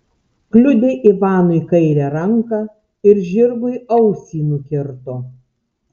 kliudė ivanui kairę ranką ir žirgui ausį nukirto